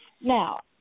Now